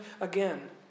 again